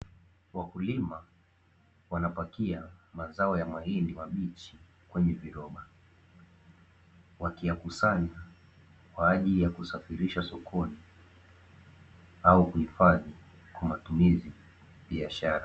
wakulima wanapakia mazao ya mahindi mabichi kwenye viroba, wakiyakusanya kwa ajili ya kusafirisha sokoni, au kuhifadhi kwa matumizi ya biashara.